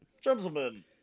gentlemen